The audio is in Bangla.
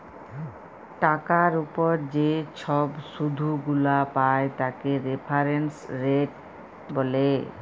টাকার উপর যে ছব শুধ গুলা পায় তাকে রেফারেন্স রেট ব্যলে